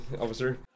officer